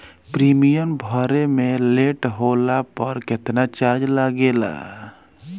Premium भरे मे late होला पर केतना चार्ज लागेला?